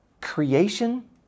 creation